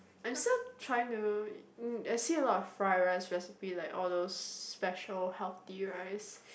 except trying to I see a lot of fried rice like all those special healthy rice